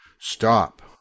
Stop